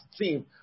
team